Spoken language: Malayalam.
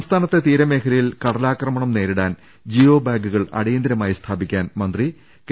സംസ്ഥാനത്തെ തീരമേഖലയിൽ കടലാക്രമണം നേരിടാൻ ജിയോ ബാഗുകൾ അടിയന്തരമായി സ്ഥാപിക്കാൻ മന്ത്രി കെ